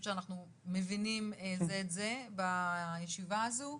שאנחנו מבינים זה את זה בישיבה הזו,